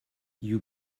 you